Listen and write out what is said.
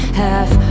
half